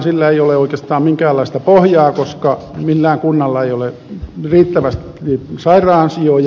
sillä ei ole oikeastaan minkäänlaista pohjaa koska millään kunnalla ei ole riittävästi sairaansijoja